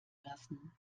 lassen